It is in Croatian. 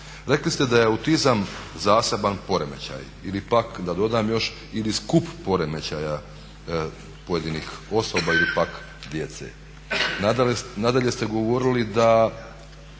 Rekli ste da je autizam zaseban poremećaj ili pak da dodam još ili skup poremećaja pojedinih osoba ili pak djece. Nadalje ste govorili da